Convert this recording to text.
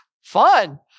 Fun